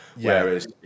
whereas